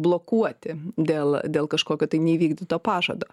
blokuoti dėl dėl kažkokio tai neįvykdyto pažado